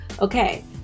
Okay